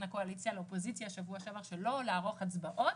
הקואליציה לאופוזיציה שבוע שעבר שלא לערוך הצבעות,